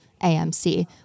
AMC